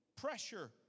pressure